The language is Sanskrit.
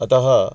अत